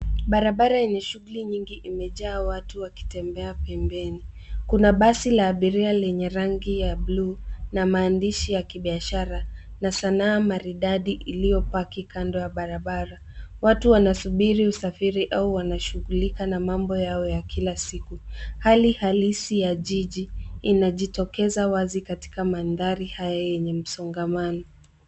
Barabara yenye shughuli nyingi imejaa watu wakitembea pembeni. Kuna basi la abiria lenye rangi ya blue na maandishi ya kibiashara na sanaa mbalimbali iliyopaki kando ya barabara. Watu wanasubiri usafiri au wanashughulika na mambo yao ya kila siku. Hali halisi ya jiji inajitokeza wazi katika mandhari haya yenye msongamano.